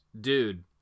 Dude